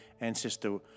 ancestor